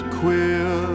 queer